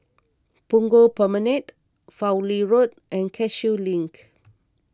Punggol Promenade Fowlie Road and Cashew Link